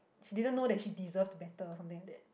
she didn't know that she deserved better or something like that